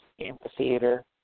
amphitheater